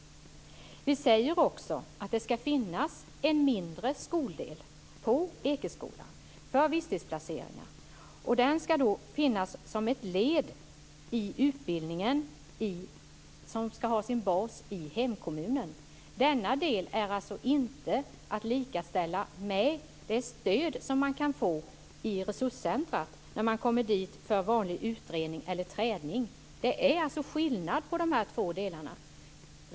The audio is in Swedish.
Vi säger också att det ska finnas en mindre skoldel på Ekeskolan för visstidsplaceringar. Den ska finnas som ett led i utbildningen, som ska ha sin bas i hemkommunen. Denna del är alltså inte att likställa med det stöd som man kan få i resurscentrumet när man kommer dit för vanlig utredning eller träning. Det är skillnad på dessa två delar.